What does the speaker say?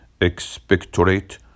expectorate